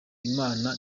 imana